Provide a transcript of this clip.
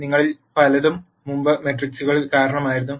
നിങ്ങളിൽ പലരും മുമ്പ് മെട്രിക്സുകൾ കാണുമായിരുന്നു